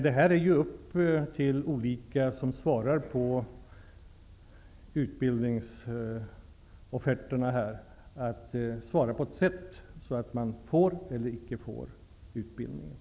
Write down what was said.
Det är upp till dem som svarar på utbildningsofferter att svara på ett sådant sätt att det får resultat.